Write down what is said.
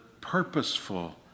purposeful